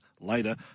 later